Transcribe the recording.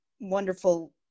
wonderful